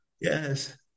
Yes